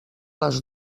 les